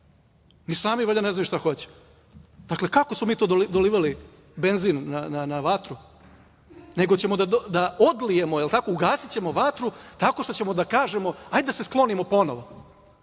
Ni sami valjda ne znaju šta hoće. Dakle, kako smo mi to dolivali benzin na vatru? Nego ćemo da odlijemo, ugasićemo vatru tako što ćemo da kažemo – ajde da se sklonimo ponovo? Evo